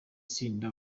tsinda